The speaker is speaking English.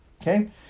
Okay